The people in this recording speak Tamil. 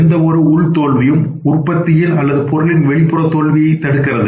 எந்தவொரு உள் தோல்வியும் உற்பத்தியின் அல்லது பொருளின் வெளிப்புற தோல்வியைத் தடுக்கிறது